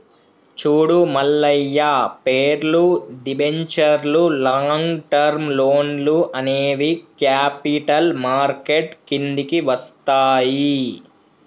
చూడు మల్లయ్య పేర్లు, దిబెంచర్లు లాంగ్ టర్మ్ లోన్లు అనేవి క్యాపిటల్ మార్కెట్ కిందికి వస్తాయి